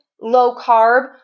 low-carb